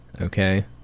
okay